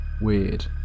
weird